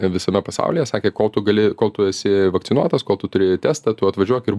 visame pasaulyje sakė kol tu gali kol tu esi vakcinuotas kol tu turi testą tu atvažiuok ir